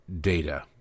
data